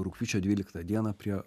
rugpjūčio dvyliktą dieną prie